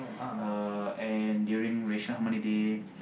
uh and during Racial-Harmony-Day